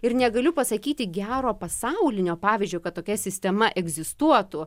ir negaliu pasakyti gero pasaulinio pavyzdžiui kad tokia sistema egzistuotų